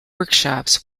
workshops